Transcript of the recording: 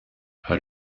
how